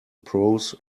pros